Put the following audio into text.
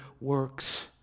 works